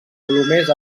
colomers